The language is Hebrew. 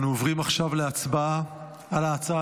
אנו עוברים עכשיו להצבעה על ההצעה